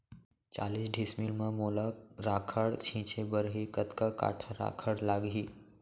चालीस डिसमिल म मोला राखड़ छिंचे बर हे कतका काठा राखड़ लागही?